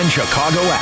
Chicago